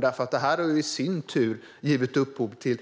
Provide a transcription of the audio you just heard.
De har nämligen i sin tur egentligen givit upphov till